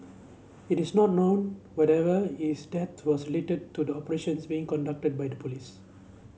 it is not known whatever is death was lated to the operations being conducted by the police